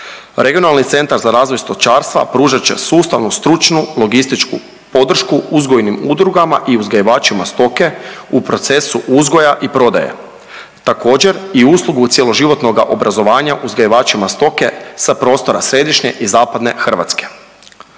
Regionalni centar za razvoj stočarstva pružat će sustavnu stručnu, logističku podršku uzgojnim udrugama i uzgajivačima stoke u procesu uzgoja i prodaje. Također i uslugu cjeloživotnoga obrazovanja uzgajivačima stoke sa prostora središnje i zapadne Hrvatske.